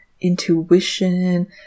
intuition